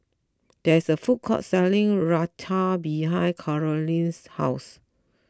there is a food court selling Raita behind Carolyn's house